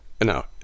Now